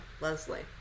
Leslie